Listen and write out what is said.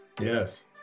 Yes